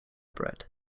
bread